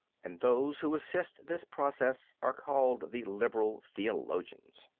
and those who assist this process are called the liberal theologians.